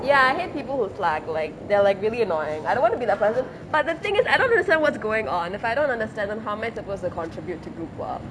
ya I hate people who slack like they're like really annoying I don't want to be like fu~ but the thing is I don't understand what's going on if I don't understand them how am I suppose to contribute to groupwork